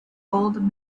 old